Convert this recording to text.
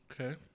Okay